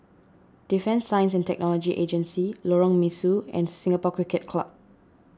Defence Science and Technology Agency Lorong Mesu and Singapore Cricket Club